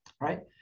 right